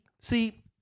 see